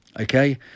okay